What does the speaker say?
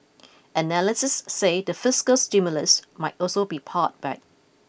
analysts say the fiscal stimulus might also be pared back